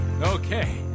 Okay